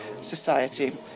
society